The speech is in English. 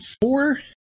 four